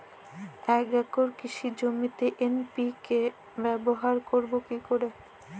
এক একর কৃষি জমিতে এন.পি.কে ব্যবহার করব কি করে?